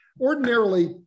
Ordinarily